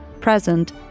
present